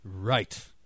Right